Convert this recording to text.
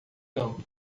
campo